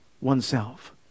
oneself